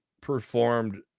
performed